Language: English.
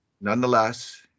nonetheless